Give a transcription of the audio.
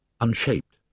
unshaped